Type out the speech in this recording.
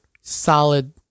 solid